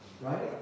right